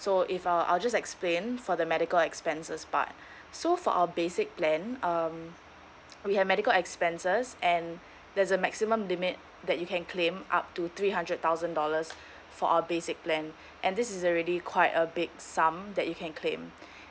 so if uh I'll just explain for the medical expenses part so for our basic plan um we have medical expenses and there's a maximum limit that you can claim up to three hundred thousand dollars for our basic plan and this is already quite a big sum that you can claim